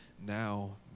now